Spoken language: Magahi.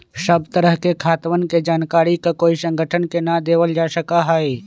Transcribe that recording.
सब तरह के खातवन के जानकारी ककोई संगठन के ना देवल जा सका हई